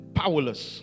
powerless